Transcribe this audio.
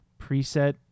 preset